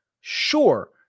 Sure